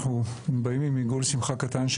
אנחנו באים עם עיגול שמחה קטן,